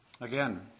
Again